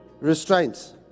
restraints